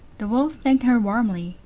the wolf thanked her warmly,